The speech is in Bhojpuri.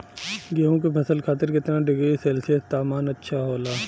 गेहूँ के फसल खातीर कितना डिग्री सेल्सीयस तापमान अच्छा होला?